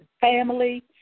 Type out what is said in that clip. family